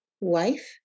Wife